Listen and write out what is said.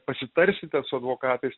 pasitarsite su advokatais